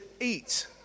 eat